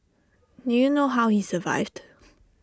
do you know how he survived